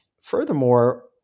furthermore